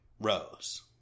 rose